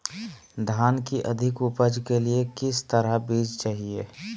धान की अधिक उपज के लिए किस तरह बीज चाहिए?